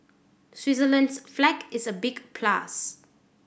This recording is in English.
Switzerland's flag is a big plus